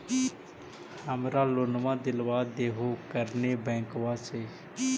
हमरा लोनवा देलवा देहो करने बैंकवा से?